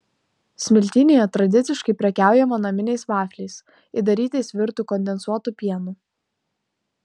smiltynėje tradiciškai prekiaujama naminiais vafliais įdarytais virtu kondensuotu pienu